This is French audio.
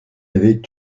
avait